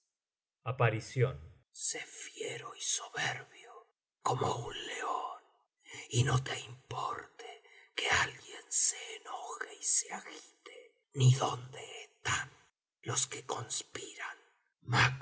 hables sé fiero y soberbio como un león y no te importe que alguien se enoje y se agite ni dónde están los que conspiran